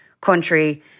country